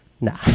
Nah